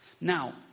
Now